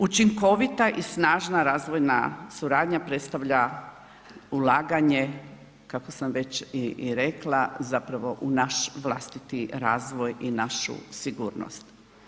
Učinkovita i snažna razvojna suradnja predstavlja ulaganje kako sam već i rekla zapravo u naš vlastiti razvoj i našu sigurnost.